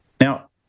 Now